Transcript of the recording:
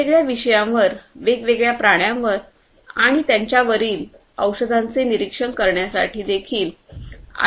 वेगवेगळ्या विषयांवर वेगवेगळ्या प्राण्यांवर आणि त्यांच्यावरील औषधांचे निरीक्षण करण्यासाठी देखील आयओटी मदत करू शकते